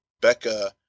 Becca